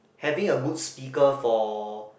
having a good speaker for